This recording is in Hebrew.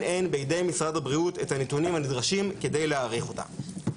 אין בידי משרד הבריאות את הנתונים הנדרשים כדי להעריך אותה.